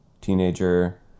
teenager